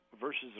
versus